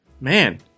Man